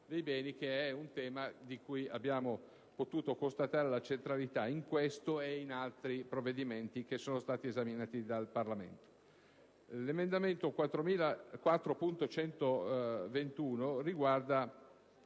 dei beni, tema di cui abbiamo potuto constatare la centralità in questo e in altri provvedimenti esaminati dal Parlamento. L'emendamento 4.121 riguarda